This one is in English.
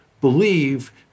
believe